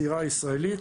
הצעירה הישראלית.